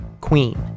Queen